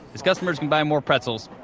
his customers can buy more pretzels.